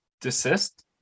Desist